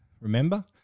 Remember